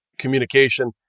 communication